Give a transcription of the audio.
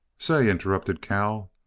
say, interrupted cal,